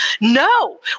no